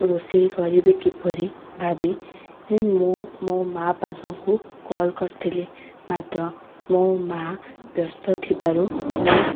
ରୋଷେଇ କରିବି କିପରି ଭାବି ମୁଁ ମୋ ମା ପାଖକୁ କଲ୍ କରିଥିଲି ମାତ୍ର ମୋ ମା ବ୍ୟସ୍ତ ଥିବାରୁ ମୋ